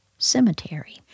Cemetery